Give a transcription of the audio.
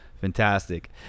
Fantastic